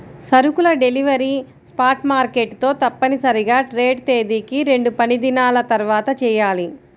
సరుకుల delivery spot market తో తప్పనిసరిగా ట్రేడ్ తేదీకి రెండుపనిదినాల తర్వాతచెయ్యాలి